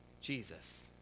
Jesus